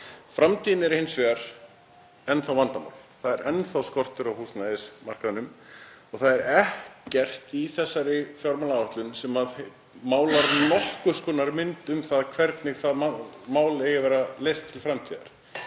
Framtíðin er hins vegar enn þá vandamál. Það er enn þá skortur á húsnæðismarkaðnum. Það er ekkert í þessari fjármálaáætlun sem málar nokkurs konar mynd af því hvernig mál eigi að vera leyst til framtíðar.